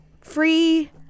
free